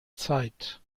zeit